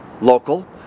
local